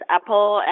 Apple